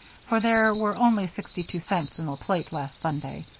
for there were only sixty-two cents in the plate last sunday.